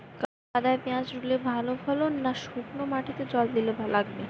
কাদায় পেঁয়াজ রুইলে ভালো ফলন না শুক্নো মাটিতে জল দিয়ে লাগালে?